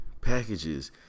packages